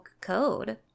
code